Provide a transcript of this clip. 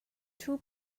too